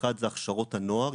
אחד זה הכשרות הנוער.